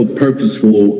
purposeful